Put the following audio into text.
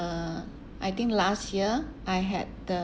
uh I think last year I had the